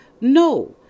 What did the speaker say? no